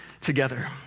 together